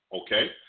Okay